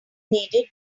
needed